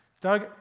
Doug